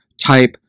type